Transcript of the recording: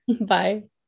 Bye